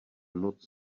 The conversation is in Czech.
noc